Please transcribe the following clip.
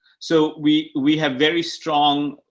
so we, we have very strong,